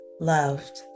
loved